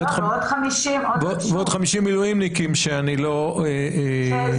בימים רגילים רוב העלייה